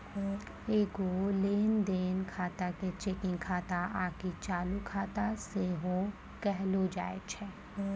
एगो लेन देन खाता के चेकिंग खाता आकि चालू खाता सेहो कहलो जाय छै